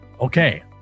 Okay